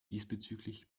diesbezüglich